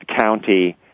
county